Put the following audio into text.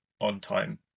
on-time